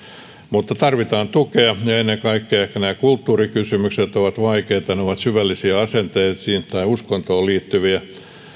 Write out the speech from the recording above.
mutta tarvitaan tukea ja ennen kaikkea ehkä kulttuurikysymykset ovat vaikeita ne ovat syvällisiä asenteisiin tai uskontoon liittyviä